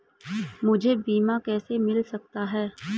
मुझे बीमा कैसे मिल सकता है?